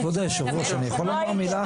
כבוד יושב הראש, אני יכול לומר מילה אחת?